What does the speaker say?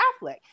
Affleck